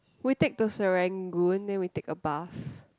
we take to Serangoon then we take a bus